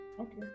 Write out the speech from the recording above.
Okay